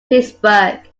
pittsburgh